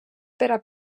per